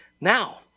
now